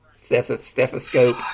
stethoscope